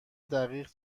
دقیق